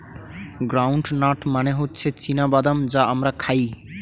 ground nut মানে হচ্ছে চীনা বাদাম যা আমরা খাই